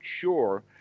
sure